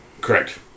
Correct